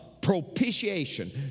propitiation